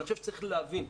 אני חושב שצריך להבין,